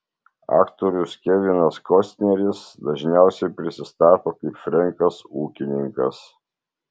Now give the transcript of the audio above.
aktorius kevinas kostneris dažniausiai prisistato kaip frenkas ūkininkas